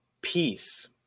peace